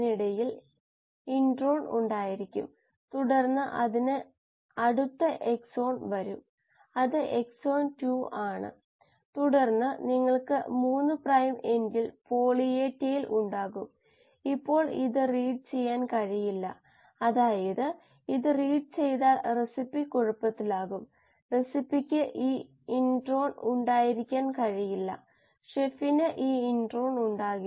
വളരെ ചുരുക്കത്തിൽ ഫ്ലോ റേറ്റിന്റെ വ്യതിയാനം സമയത്തിനൊപ്പം ഇൻപുട്ട് ഫ്ലോ റേറ്റ് സമയത്തിനൊപ്പം ഇൻപുട്ട് കോശ ഗാഢതയുടെ വ്യതിയാനം എന്നിവ അറിയാമെങ്കിൽ ഉചിതമായ വശങ്ങൾ രൂപകൽപ്പന ചെയ്യാൻ ഈ സമവാക്യം ഉപയോഗിക്കാം അതാണ് നമ്മൾ പറഞ്ഞത്